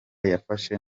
yafashe